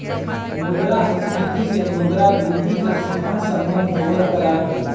मुद्रास्फीती से मुद्रा वृद्धि के सीधा सम्बन्ध होबल करा हई